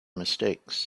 mistakes